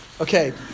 Okay